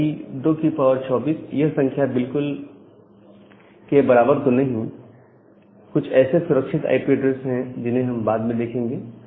हालांकि 224यह संख्या बिल्कुल के बराबर तो नहीं कुछ ऐसे सुरक्षित आईपी ऐड्रेसेस है जिन्हें हम बाद में देखेंगे